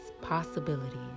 possibilities